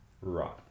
Right